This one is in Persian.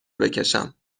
بکشم